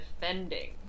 defending